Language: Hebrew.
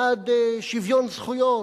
בעד שוויון זכויות,